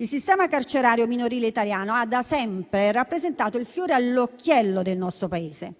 Il sistema carcerario minorile italiano ha da sempre rappresentato il fiore all'occhiello del nostro Paese, ma